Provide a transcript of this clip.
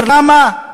למה?